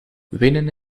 wenen